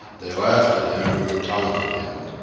they laughed at him and taunted him.